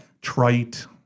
trite